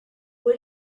what